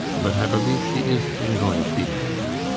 but i believe she is soon going to be married.